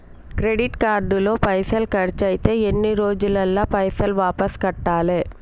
Credit card లో పైసల్ ఖర్చయితే ఎన్ని రోజులల్ల పైసల్ వాపస్ కట్టాలే?